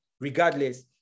regardless